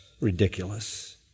ridiculous